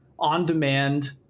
On-demand